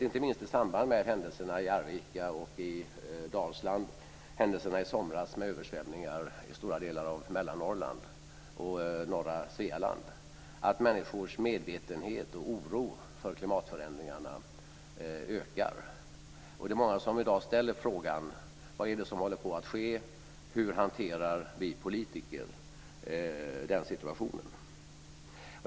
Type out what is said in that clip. Inte minst i samband med händelserna i Arvika och i Dalsland, händelserna i somras med översvämningar i stora delar av mellersta Norrland och norra Svealand, har jag upplevt att människors medvetenhet och oro för klimatförändringarna ökar. Det är många som i dag ställer frågan om vad det är som sker och hur vi politiker hanterar den situationen.